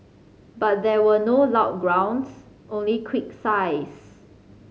but there were no loud groans only quick sighs